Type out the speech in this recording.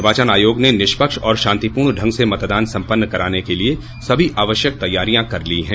निर्वाचन आयोग ने निष्पक्ष और शांतिपूर्ण ढंग से मतदान सम्पन्न कराने के लिए सभी आवश्यक तैयारियां कर ली है